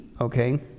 okay